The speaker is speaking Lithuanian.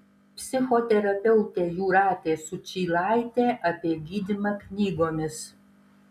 psichoterapeutė jūratė sučylaitė apie gydymą knygomis